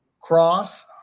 cross